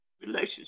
relationship